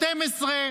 12,